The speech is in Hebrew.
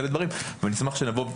אבל אני אשמח שניפגש,